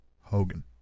Hogan